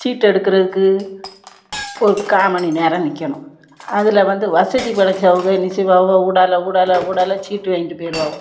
சீட்டு எடுக்கிறதுக்கு ஒரு கால்மணி நேரம் நிற்கணும் அதில் வந்து வசதி படைச்சவங்க என்ன செய்வாவோ ஊடால ஊடால ஊடால சீட்டு வாங்கிட்டு போயிடுவாவோ